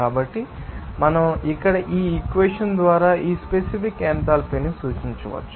కాబట్టి మనం ఇక్కడ ఈ ఈక్వెషన్ ద్వారా ఈ స్పెసిఫిక్ ఎంథాల్పీని సూచించవచ్చు